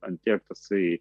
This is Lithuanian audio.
ant tiek tasai